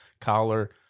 collar